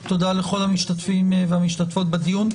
תודה לכל המשתתפים והמשתתפות בדיון.